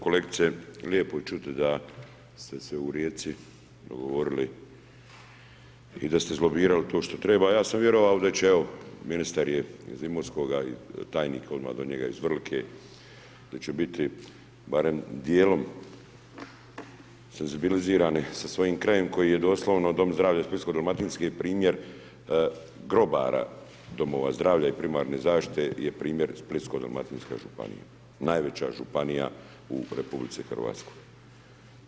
Kolegice, lijepo je čut da ste se u Rijeci dogovorili i da ste izlobirali to što treba, a ja sam vjerovao da će evo ministar je iz Imotskoga i tajnik odmah do njega iz Vrlike, da će biti barem dijelom senzibilizirani sa svojim krajem koji je doslovno Dom zdravlja Splitsko-dalmatinski, primjer grobara domova zdravlja i primarne zaštite je primjer Splitsko-dalmatinska županija, najveća županija u Republici Hrvatskoj.